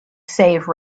save